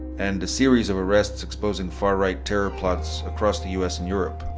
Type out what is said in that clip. and a series of arrests exposing far-right terror plots across the u s. and europe.